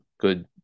good